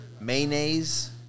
mayonnaise